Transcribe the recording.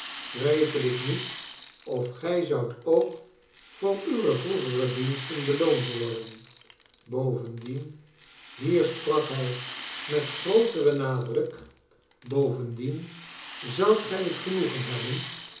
twijfel ik niet of gij zoudt ook voor uwe vroegere diensten beloond worden bovendien hier sprak hij met grooteren nadruk nelly bovendien zoudt gij het genoegen hebben